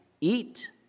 eat